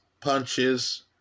punches